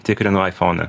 tikrinu aifoną